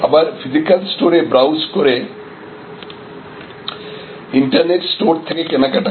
আবার ফিজিক্যাল স্টোরে ব্রাউজ করে ইন্টারনেট স্টোর থেকে কেনাকাটা করে